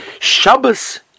Shabbos